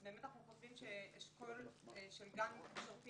אנחנו חושבים שאשכול של גן תקשורתי